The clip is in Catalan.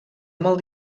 molt